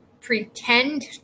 pretend